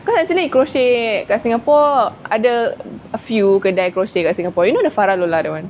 cause actually crochet kat singapore ada a few kedai crochet kat singapore you know the farah lola that [one]